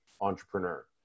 entrepreneur